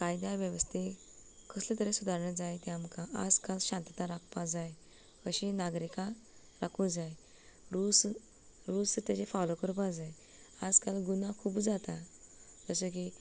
कायद्या वेवस्थेक कसली तरें सुदारणां जाय ते आमकां आजकाल शांतता राखपाक जाय अशें नागरिकांक राखूंक जाय रुस रुल्स तेजें फोलोव करपाक जाय आजकाल गुन्हा खूब जाता जशें की